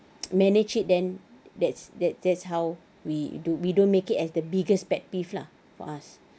manage it then that's that that's how we do we don't make it as the biggest pet peeve lah for us